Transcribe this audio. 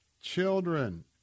Children